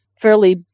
fairly